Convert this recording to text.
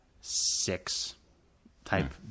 six-type